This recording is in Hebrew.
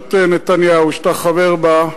בראשות נתניהו, שאתה חבר בה,